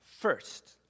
first